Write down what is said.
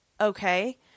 okay